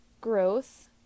growth